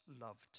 Loved